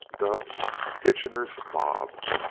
dubbed kitchener's mob.